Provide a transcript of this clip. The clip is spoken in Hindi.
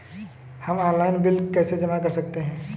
हम ऑनलाइन बिल कैसे जमा कर सकते हैं?